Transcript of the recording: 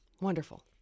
Wonderful